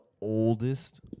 oldest